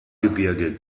gebirge